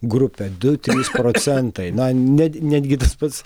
grupę du trys procentai na net netgi tas pats